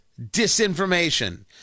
disinformation